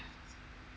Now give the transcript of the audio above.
ya